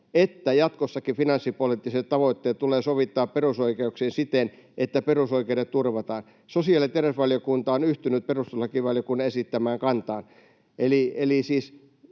että ”jatkossakin finanssipoliittiset tavoitteet tulee sovittaa perusoikeuksiin siten, että perusoikeudet turvataan. Sosiaali- ja terveysvaliokunta on yhtynyt perustuslakivaliokunnan esittämään kantaan.”